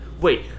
Wait